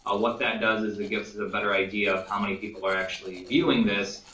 ah what that does is it gives us a better idea of how many people are actually viewing this,